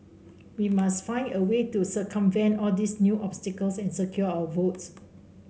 we must find a way to circumvent all these new obstacles and secure our votes